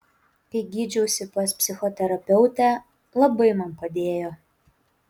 kai gydžiausi pas psichoterapeutę labai man padėjo